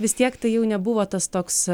vis tiek tai jau nebuvo tas toks